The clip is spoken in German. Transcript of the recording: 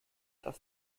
dass